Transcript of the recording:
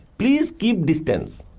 please keep distance.